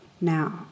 Now